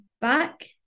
back